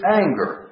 anger